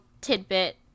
tidbit